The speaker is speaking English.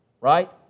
Right